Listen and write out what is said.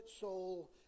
soul